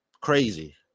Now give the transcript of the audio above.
crazy